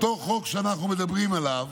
אותו חוק שאנחנו מדברים עליו,